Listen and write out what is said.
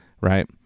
right